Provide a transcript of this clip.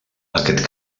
aquest